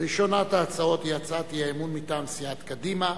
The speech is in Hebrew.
ראשונת ההצעות היא הצעת האי-אמון מטעם סיעת קדימה,